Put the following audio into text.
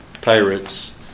Pirates